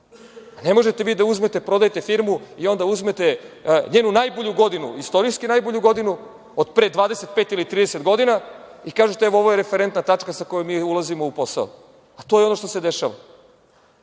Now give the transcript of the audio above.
možete vi da prodajete firmu i onda uzmete njenu najbolju godinu, istorijski najbolju godinu od pre 25 ili 30 godina i kažete – ovo je referentna tačka sa koje mi ulazimo u posao. A, to je ono što se dešava,